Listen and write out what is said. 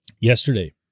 Yesterday